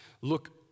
Look